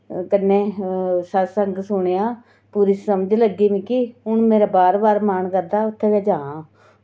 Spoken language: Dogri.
कन्नै सत्संग सुनेआ पूरी समझ लग्गी मिगी ते हून मेरा बार बार मन करदा उत्थै गै जां